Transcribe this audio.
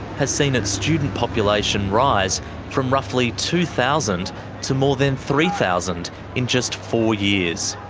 has seen its student population rise from roughly two thousand to more than three thousand in just four years.